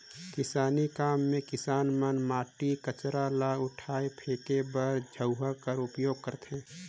किसानी काम मे किसान मन माटी, कचरा ल उठाए फेके बर झउहा कर उपियोग करथे